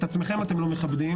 את עצמכם אתם לא מכבדים.